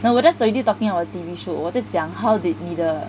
no 我 that's already talking about T_V shows 我在讲 how did 你的